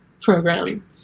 program